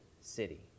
city